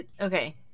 Okay